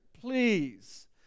please